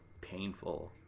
painful